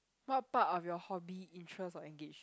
what part of your hobby interest or engage